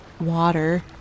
water